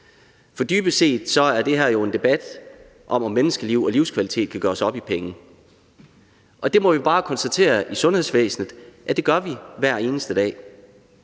for dybest set er det her jo en debat om, om menneskeliv og livskvalitet kan gøres op i penge. Og det må vi bare konstatere at vi gør i sundhedsvæsenet hver eneste dag